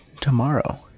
tomorrow